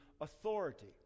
authority